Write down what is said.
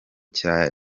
cya